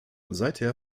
seither